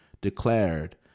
declared